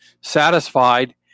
satisfied